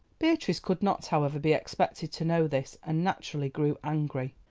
beatrice could not, however, be expected to know this, and naturally grew angry.